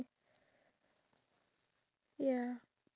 oh talking about the store right